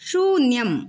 शून्यम्